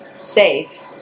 safe